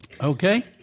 Okay